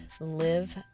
Live